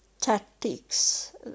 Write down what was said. tactics